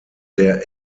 der